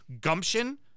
gumption